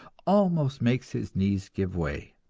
almost makes his knees give way.